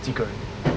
几个人